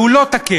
והוא לא תקף,